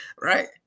right